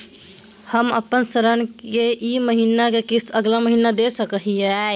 हम अपन ऋण के ई महीना के किस्त अगला महीना दे सकी हियई?